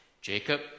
Jacob